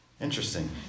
Interesting